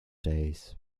days